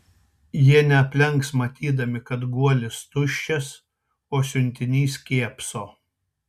jie neaplenks matydami kad guolis tuščias o siuntinys kėpso